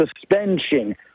suspension